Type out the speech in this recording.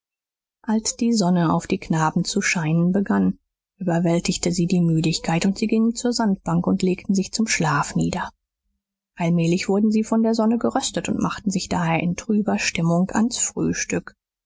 als die sonne auf die knaben zu scheinen begann überwältigte sie die müdigkeit und sie gingen zur sandbank und legten sich zum schlaf nieder allmählich wurden sie von der sonne geröstet und machten sich daher in trüber stimmung ans frühstück